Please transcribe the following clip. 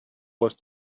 was